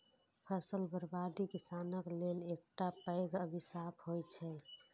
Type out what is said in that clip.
फसल बर्बादी किसानक लेल एकटा पैघ अभिशाप होइ छै